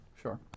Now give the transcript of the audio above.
sure